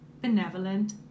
benevolent